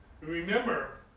Remember